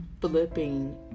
flipping